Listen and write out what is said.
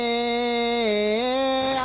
a